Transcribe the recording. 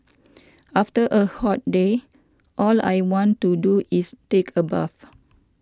after a hot day all I want to do is take a bath